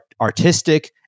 artistic